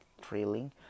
thrilling